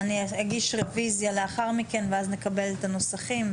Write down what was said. אני אגיש רוויזיה לאחר מכן ואז נקבל את הנוסחים.